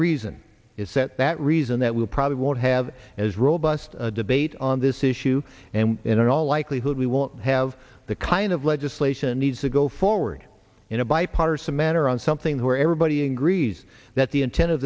reason is that that reason that we probably won't have as robust a debate on this issue and in all likelihood we won't have the kind of legislation needs to go forward in a bipartisan manner on something where everybody agrees that the inten